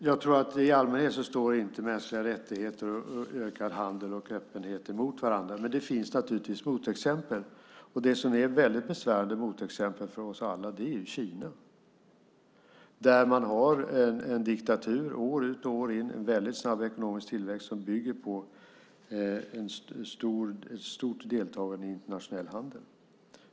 Fru talman! Jag tror inte att mänskliga rättigheter, ökad handel och öppenhet i allmänhet står mot varandra, men det finns naturligtvis motexempel. Ett väldigt besvärande motexempel för oss alla är Kina. Där finns år in och år ut en diktatur och en mycket snabb ekonomisk tillväxt som bygger på ett stort deltagande i internationell handel.